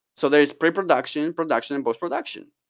so there is pre-production, production, and post-production.